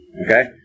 Okay